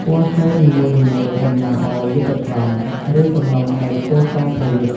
ពណ៌សូត្រនីមួយៗតំណាងឱ្យ យុទ្ធក្រម ឬសំណុំនៃគោលការណ៍ប្រយុទ្ធ។